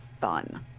fun